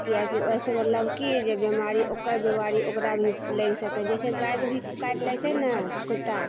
किएकि ओहिसे मतलब कि जे बेमारी ओकर बेमारी ओकरा भी लागि सकै छै जइसे गाइके भी काटि लै छै ने कुत्ता